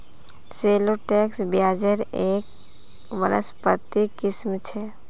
shallots प्याज़ेर एक वानस्पतिक किस्म छ